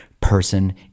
person